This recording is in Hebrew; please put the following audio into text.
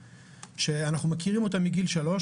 שאנחנו מכירים מגיל 3,